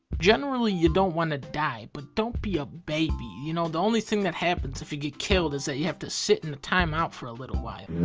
generally, you don't want to die, but don't be a baby. you know, the only thing that happens if you get killed is that you have to sit in the timeout for a little while.